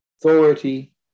authority